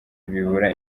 bibura